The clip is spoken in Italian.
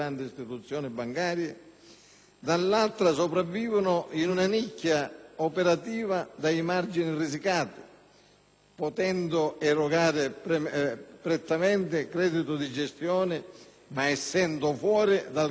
dall'altra sopravvivono in una nicchia operativa dai margini risicati, potendo erogare prettamente credito di gestione, ma essendo fuori dal credito per investimento.